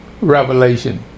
revelation